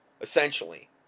essentially